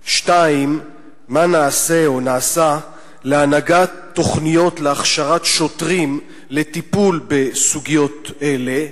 2. מה נעשה להנהגת תוכניות להכשרת שוטרים לטיפול בסוגיות אלה?